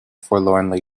forlornly